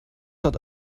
hat